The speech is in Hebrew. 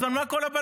אז על מה כל הבלגן?